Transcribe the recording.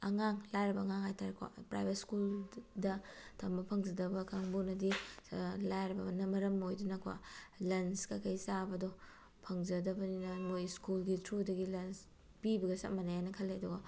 ꯑꯉꯥꯡ ꯂꯥꯏꯔꯕ ꯑꯉꯥꯡ ꯍꯥꯏꯇꯥꯔꯦꯀꯣ ꯄ꯭ꯔꯥꯏꯚꯦꯠ ꯁ꯭ꯀꯨꯜꯗ ꯇꯝꯕ ꯐꯪꯖꯗꯕ ꯀꯥꯡꯕꯨꯅꯗꯤ ꯂꯥꯏꯔꯕꯅ ꯃꯔꯝ ꯑꯣꯏꯗꯨꯅꯀꯣ ꯂꯟꯁ ꯀꯩꯀꯩ ꯆꯥꯕꯗꯣ ꯐꯪꯖꯗꯕꯅꯤꯅ ꯃꯣꯏ ꯁ꯭ꯀꯨꯜꯒꯤ ꯊ꯭ꯔꯨꯗꯒꯤ ꯂꯟꯁ ꯄꯤꯕꯒ ꯆꯞ ꯃꯥꯟꯅꯩ ꯍꯥꯏꯅ ꯈꯜꯂꯦ ꯑꯗꯨꯒ